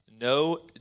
No